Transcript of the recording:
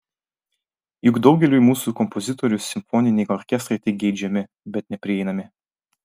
juk daugeliui mūsų kompozitorių simfoniniai orkestrai tik geidžiami bet neprieinami